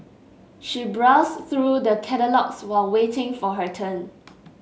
she browsed through the catalogues while waiting for her turn